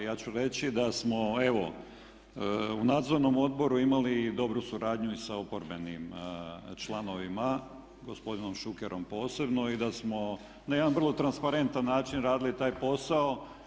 Ja ću reći da smo, evo u Nadzornom odboru imali i dobru suradnju i sa oporbenim članovima – gospodinom Šukerom posebno i da smo na jedan vrlo transparentan način radili taj posao.